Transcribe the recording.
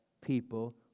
people